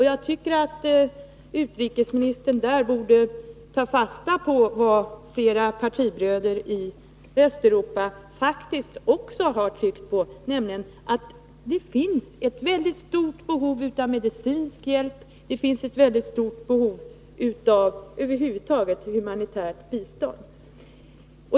Jag tycker att utrikesministern borde ta fasta på vad flera partibröder i Västeuropa faktiskt också har tryckt på, nämligen att det finns ett mycket stort behov av medicinsk hjälp och över huvud taget humanitärt bistånd.